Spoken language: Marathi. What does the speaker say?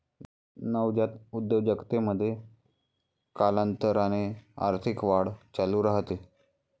नवजात उद्योजकतेमध्ये, कालांतराने आर्थिक वाढ चालू राहते